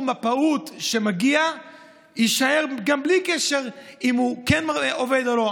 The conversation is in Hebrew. פעוט שמגיע יישאר גם בלי קשר אם הוא כן עובד או לא.